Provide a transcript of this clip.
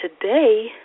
today